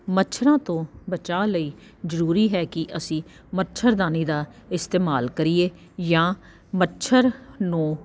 ਮੱਛਰਾਂ ਤੋਂ ਬਚਾਅ ਲਈ ਜ਼ਰੂਰੀ ਹੈ ਕਿ ਅਸੀਂ ਮੱਛਰਦਾਨੀ ਦਾ ਇਸਤੇਮਾਲ ਕਰੀਏ ਜਾਂ ਮੱਛਰ ਨੂੰ